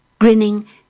Grinning